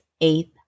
eighth